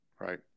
Right